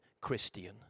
Christian